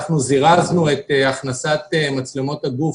זירזנו את הכנסת מצלמות הגוף